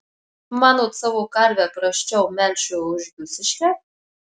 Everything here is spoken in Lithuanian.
manot savo karvę prasčiau melšiu už jūsiškę